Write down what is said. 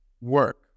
work